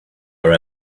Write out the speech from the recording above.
our